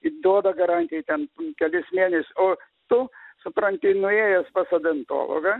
duoda garantiją ten kelis mėnes o tu supranti nuėjęs pas odontologą